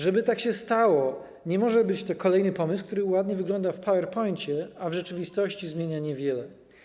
Żeby tak się stało, nie może być to kolejny pomysł, który ładnie wygląda w Power Poincie, a w rzeczywistości niewiele zmienia.